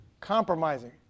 compromising